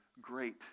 great